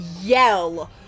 yell